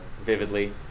vividly